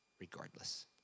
regardless